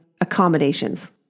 accommodations